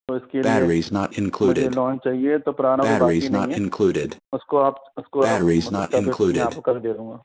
तो इसके लिए मुझे लोन चाहिए तो पुराना कोई बाकी नहीं है उसको आप उसको आप उसको आप मतलब मैं आपको कर दे दूँगा